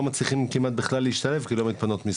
מצליחים כמעט בכלל להשתלב כי לא מתפנות משרות.